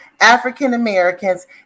African-Americans